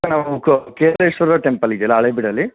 ನಮ್ಮ ಕ ಕೇದಾರೇಶ್ವರ ಟೆಂಪಲ್ ಇದ್ಯಲ್ಲ ಹಳೇಬೀಡಲ್ಲಿ